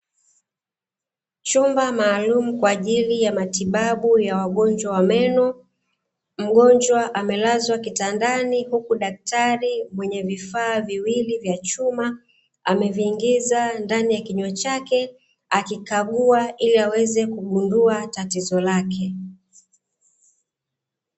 Chumba maalumu kwaajili ya matibabu ya wagonjwa wa meno, Mgonjwa amelazwa kitandani huku daktari mwenye vifaa viwili vya chuma, ameviingiza ndani ya kinywa chake akikagua ili aweza kugundua tatizo lake.